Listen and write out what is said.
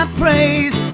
praise